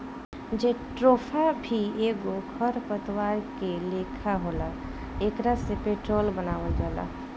jatropha भी एगो खर पतवार के लेखा होला एकरा से पेट्रोल बनावल जाला